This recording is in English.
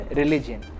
religion